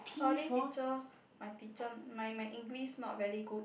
holy teacher my teacher my my English not very good